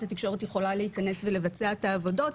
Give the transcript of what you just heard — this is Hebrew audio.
התקשורת יכולה להיכנס ולבצע את העבודות.